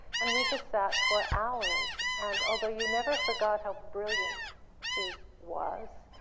and we just sat for hours and although you never forgot how brilliant he was,